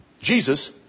Jesus